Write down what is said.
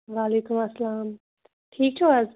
وعلیکُم اسلام ٹھیٖک چھُو حظ